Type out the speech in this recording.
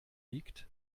liegt